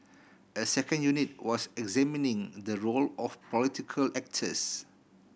a second unit was examining the role of political actors